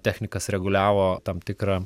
technikas reguliavo tam tikrą